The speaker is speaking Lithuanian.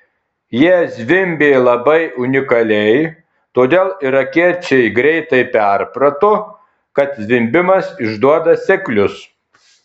jie zvimbė labai unikaliai todėl irakiečiai greitai perprato kad zvimbimas išduoda seklius